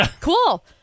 Cool